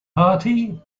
party